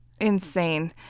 insane